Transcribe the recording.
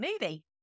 movie